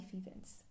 Events